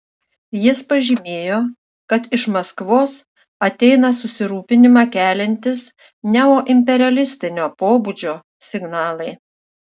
jis pažymėjo kad iš maskvos ateina susirūpinimą keliantys neoimperialistinio pobūdžio signalai